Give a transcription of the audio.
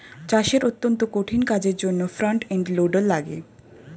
চাষের অত্যন্ত কঠিন কাজের জন্যে ফ্রন্ট এন্ড লোডার লাগে